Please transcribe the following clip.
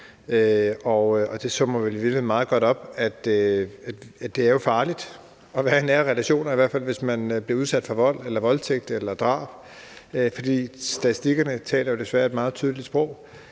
det summer vel i virkeligheden meget godt op, at det er farligt at være i nære relationer, i hvert fald hvis man bliver udsat for vold eller voldtægt eller drab. For statistikkerne taler jo desværre et meget tydeligt sprog,